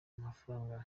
mafaranga